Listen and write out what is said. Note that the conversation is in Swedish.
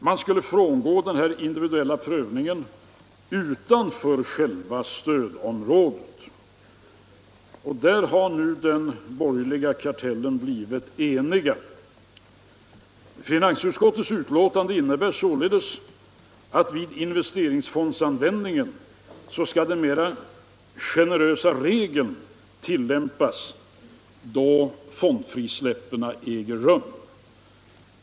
Man skulle enligt utskottet frångå den/individuella prövningen utanför stödområdet. På den här punkten har den borgerliga kartellen blivit enig. Finansutskottets betänkande innebär således att den mera generösa regeln skall tillämpas då fondfrisläppen äger rum.